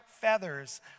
feathers